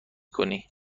کنی